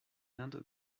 indes